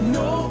no